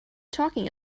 talking